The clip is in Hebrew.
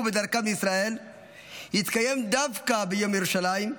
בדרכם לישראל יתקיים דווקא ביום ירושלים,